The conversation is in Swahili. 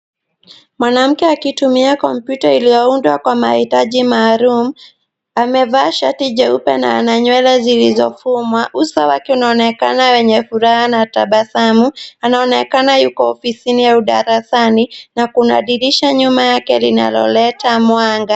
Mwanamke akitumia kompyuta iliyoundwa kwa mahitaji maalum, amevaa shati jeupe na ana nywele zilizofungwa. Uso wake unaonekana yenye furaha na tabasamu. Anaonekana yuko ofisini au darasani na kuna dirisha mwanga nyuma yake linaloleta mwanga.